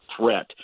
threat